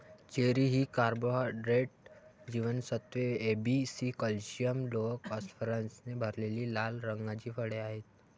cherry ही carbohydrates, जीवनसत्त्वे A, B, C, calcium, लोह, फॉस्फरसने भरलेली लाल रंगाची फळे आहेत